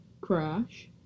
Crash